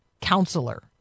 Counselor